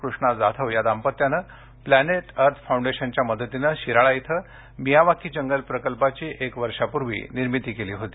कृष्णा जाधव या दाम्पत्यांनी planet earth फाउंडेशनच्या मदतीने शिराळा इथं मियावाकी जंगल प्रकल्पाची एक वर्षापूर्वी निर्मिती केली होती